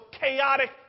chaotic